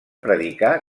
predicà